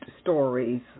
stories